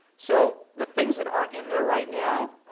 so the things that aren't in there right now